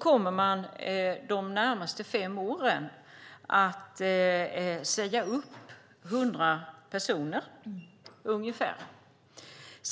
kommer man att säga upp ungefär 100 personer de närmaste fem åren.